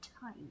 time